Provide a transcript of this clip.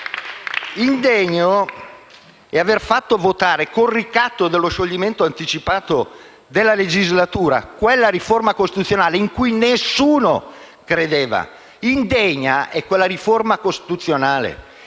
Indegno è aver fatto votare, con il ricatto dello scioglimento anticipato della legislatura, quella riforma costituzionale in cui nessuno credeva. Indegna è quella riforma costituzionale.